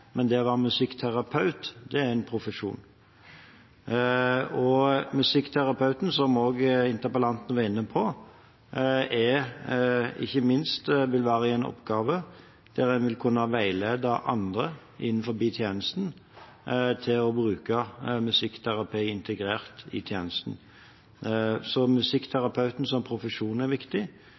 profesjon. Og musikkterapeuten, som også interpellanten var inne på, vil ha en oppgave med å veilede andre innenfor tjenesten til å bruke musikkterapi integrert i tjenesten. Så musikkterapeut som profesjon er viktig,